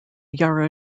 yarra